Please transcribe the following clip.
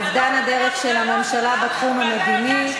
של מרצ: אובדן הדרך של הממשלה בתחום המדיני,